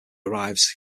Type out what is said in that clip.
arrives